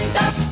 up